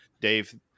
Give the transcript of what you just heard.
Dave